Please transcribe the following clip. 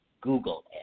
Google